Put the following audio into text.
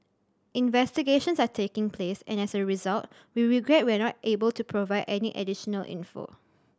investigations are taking place and as a result we regret we are not able to provide any additional info